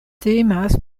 temas